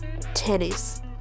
tennis